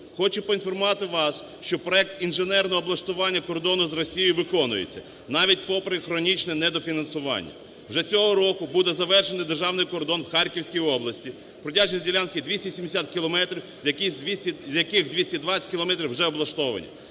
Хочу поінформувати вас, що проект інженерного облаштування кордону з Росією виконується навіть попри хронічне недофінансування. Вже цього року буде завершено державний кордон в Харківській області, протяжність ділянки 270 кілометрів, з яких 220 кілометрів вже облаштовані.